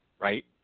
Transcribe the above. right